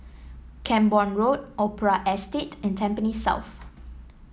Camborne Road Opera Estate and Tampines South